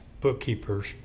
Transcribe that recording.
bookkeepers